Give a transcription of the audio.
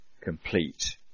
complete